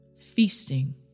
feasting